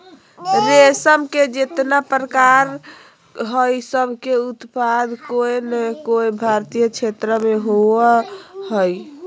रेशम के जितना प्रकार हई, सब के उत्पादन कोय नै कोय भारतीय क्षेत्र मे होवअ हई